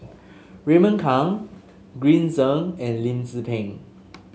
Raymond Kang Green Zeng and Lim Tze Peng